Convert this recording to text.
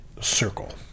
circle